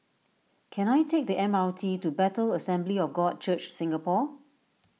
can I take the M R T to Bethel Assembly of God Church Singapore